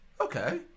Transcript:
Okay